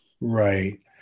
Right